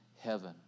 heaven